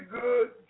good